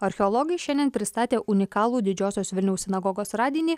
archeologai šiandien pristatė unikalų didžiosios vilniaus sinagogos radinį